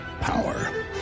power